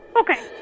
Okay